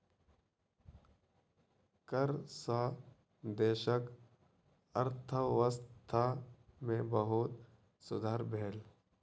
कर सॅ देशक अर्थव्यवस्था में बहुत सुधार भेल